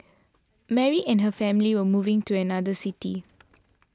Mary and her family were moving to another city